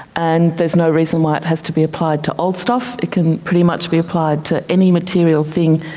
and there's no reason why it has to be applied to old stuff, it can pretty much be applied to any material thing,